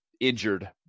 injured